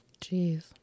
Jeez